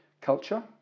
culture